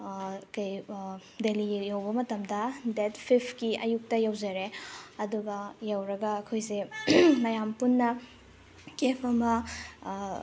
ꯀꯩ ꯗꯦꯜꯂꯤ ꯌꯧꯕ ꯃꯇꯝꯗ ꯗꯦꯠ ꯐꯤꯐꯀꯤ ꯑꯌꯨꯛꯇ ꯌꯧꯖꯔꯦ ꯑꯗꯨꯒ ꯌꯧꯔꯒ ꯑꯩꯈꯣꯏꯁꯦ ꯃꯌꯥꯝ ꯄꯨꯟꯅ ꯀꯦꯕ ꯑꯃ